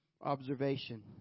observation